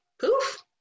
poof